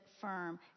firm